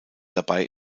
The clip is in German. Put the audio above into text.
dabei